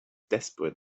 desperate